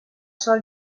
sol